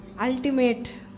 ultimate